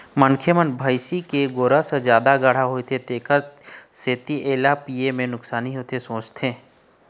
मनखे मन भइसी के गोरस ह जादा गाड़हा होथे तेखर सेती एला पीए म नुकसानी हे सोचथे